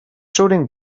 shooting